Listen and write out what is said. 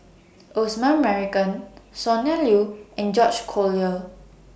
Osman Merican Sonny Liew and George Collyer